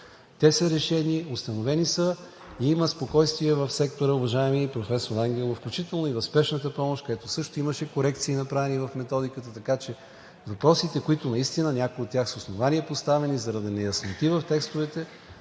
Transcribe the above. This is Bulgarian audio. Те са решени, установени са, и има спокойствие в сектора, уважаеми професор Ангелов, включително и в спешната помощ, където също имаше корекции, направени в Методиката, така че въпросите, някои от които, поставени с основание заради неясноти в текстовете,